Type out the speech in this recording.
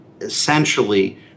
essentially